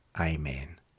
Amen